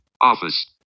office